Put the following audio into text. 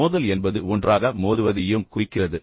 மோதல் என்பது ஒன்றாக மோதுவதையும் குறிக்கிறது